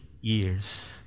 years